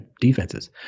defenses